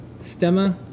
Stemma